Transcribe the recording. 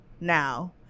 now